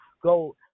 go